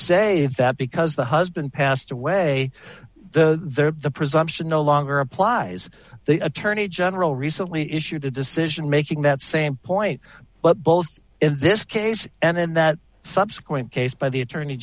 say that because the husband passed away the there the presumption no longer applies the attorney general recently issued a decision making that same point but both in this case and in that subsequent case by the attorney